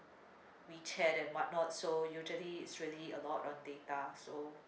wechat and whatnot so usually it's really a lot on data so